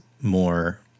more